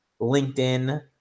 LinkedIn